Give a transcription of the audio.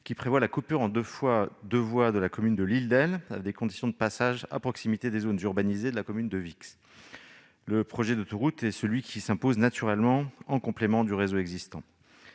qui prévoit la coupure en deux fois deux voies de la commune de L'Île-d'Elle et des conditions de passage à proximité des zones urbanisées de la commune de Vix. Le projet d'autoroute est celui qui s'impose naturellement en complément du réseau existant.